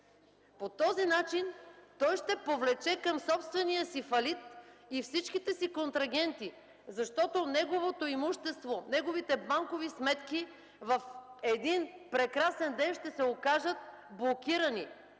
По този начин той ще повлече към собствения си фалит и всичките си контрагенти, защото неговото имущество, неговите банкови сметки в един прекрасен ден ще се окажат блокирани